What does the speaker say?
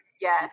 Yes